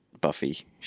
Buffy